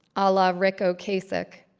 ah la ric ocasek.